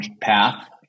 path